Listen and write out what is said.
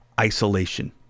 isolation